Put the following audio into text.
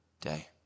day